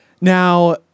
Now